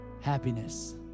Happiness